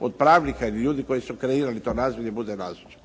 od pravnika ili ljudi koji su kreirali to nazivlje bude nazočan. **Friščić,